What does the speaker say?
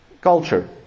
culture